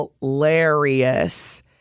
Hilarious